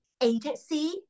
agency